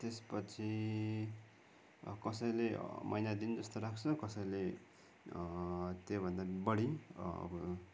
त्यसपछि कसैले महिना दिन जस्तो राख्छ कसैले त्योभन्दा पनि बढी अब